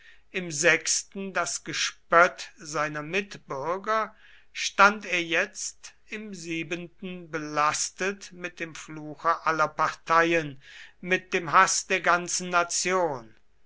im sechsten das gespött seiner mitbürger stand er jetzt im siebenten belastet mit dem fluche aller parteien mit dem haß der ganzen nation